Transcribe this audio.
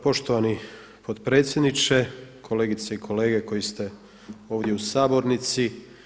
poštovani potpredsjedniče, kolegice i kolege koji ste ovdje u sabornici.